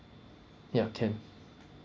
ya can